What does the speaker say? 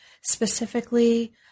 specifically